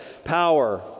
Power